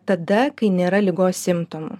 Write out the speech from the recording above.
tada kai nėra ligos simptomų